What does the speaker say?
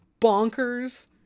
bonkers